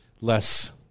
less